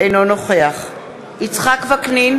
אינו נוכח יצחק וקנין,